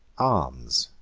arms,